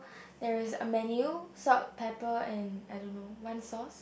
there is a menu salt pepper and I don't know one sauce